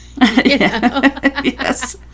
Yes